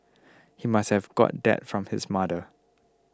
he must have got that from his mother